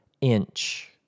inch